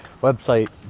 website